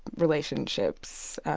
relationships.